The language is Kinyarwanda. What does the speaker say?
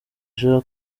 jean